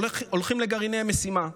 הולכים לגרעיני המשימה.